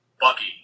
Bucky